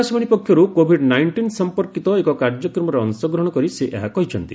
ଆକାଶବାଣୀ ପକ୍ଷରୁ covid nineteen ସଂପର୍କିତ ଏକ କାର୍ଯ୍ୟକ୍ରମରେ ଅଂଶଗ୍ରହଣ କରି ସେ ଏହା କହିଛନ୍ତି